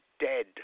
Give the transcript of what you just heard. dead